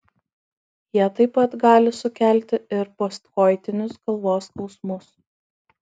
jie taip pat gali sukelti ir postkoitinius galvos skausmus